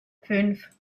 fünf